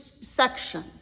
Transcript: section